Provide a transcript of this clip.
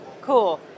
Cool